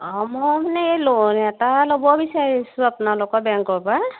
অঁ মই মানে এই ল'ন এটা ল'ব বিচাৰিছোঁ আপোনালোকৰ বেংকৰ পৰা